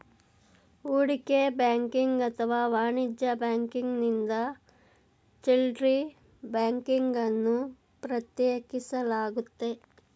ಹೂಡಿಕೆ ಬ್ಯಾಂಕಿಂಗ್ ಅಥವಾ ವಾಣಿಜ್ಯ ಬ್ಯಾಂಕಿಂಗ್ನಿಂದ ಚಿಲ್ಡ್ರೆ ಬ್ಯಾಂಕಿಂಗ್ ಅನ್ನು ಪ್ರತ್ಯೇಕಿಸಲಾಗುತ್ತೆ